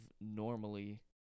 normally